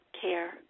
care